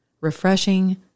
refreshing